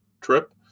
trip